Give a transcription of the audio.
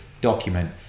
document